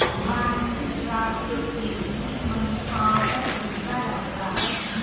वांछित राशि के लिए मनीऑर्डर खरीदा जाता है